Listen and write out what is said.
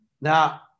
Now